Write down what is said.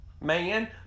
man